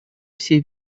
все